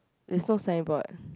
there's no signboard